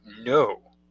No